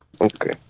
Okay